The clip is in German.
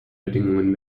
bedingungen